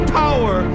power